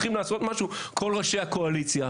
צריכים לעשות משהו כל ראשי הקואליציה,